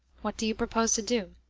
what do you propose to do?